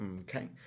Okay